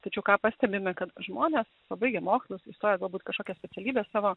tačiau ką pastebime kad žmonės pabaigę mokslus įstoję į galbūt kažkokią specialybę savo